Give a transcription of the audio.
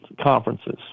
conferences